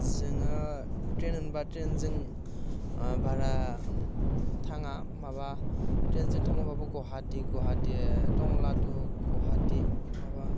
जोङो ट्रेन मोनबा ट्रेनजों भारा थाङा माबा ट्रेनजों थाङोबाबो गवाहाटी गवाहाटी टंला टु गवाहाटी माबा